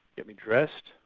get me dressed,